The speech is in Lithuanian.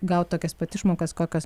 gaut tokias pat išmokas kokios